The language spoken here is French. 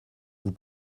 vous